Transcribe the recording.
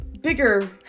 bigger